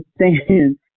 understand